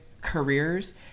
careers